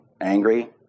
angry